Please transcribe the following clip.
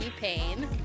pain